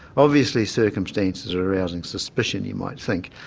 obviously circumstances were arousing suspicion you might think,